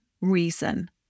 reason